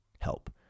help